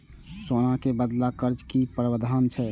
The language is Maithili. सोना के बदला कर्ज के कि प्रावधान छै?